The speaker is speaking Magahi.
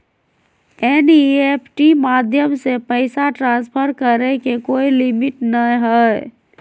एन.ई.एफ.टी माध्यम से पैसा ट्रांसफर करे के कोय लिमिट नय हय